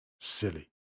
Silly